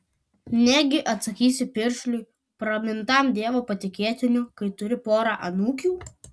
negi atsakysi piršliui pramintam dievo patikėtiniu kai turi porą anūkių